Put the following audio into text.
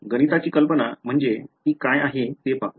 गणिताची कल्पना म्हणजे ती काय आहे हे पाहू